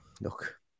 Look